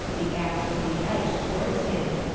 the axe with the edge towards him,